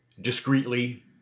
discreetly